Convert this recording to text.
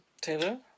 Taylor